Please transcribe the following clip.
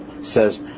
says